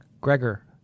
Gregor